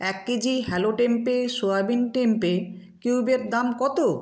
এক kg hello tempeh soybean tempeh কিউবের দাম কত